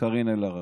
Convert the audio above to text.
קארין אלהרר.